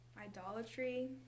idolatry